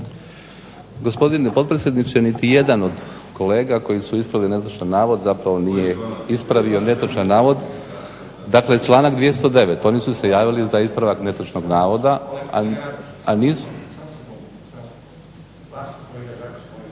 Gospodine potpredsjedniče, niti jedan od kolega koji su ispravili netočan navod zapravo nije ispravio netočan navod. Dakle članak 209., oni su se javili za ispravak netočnog navoda a nisu…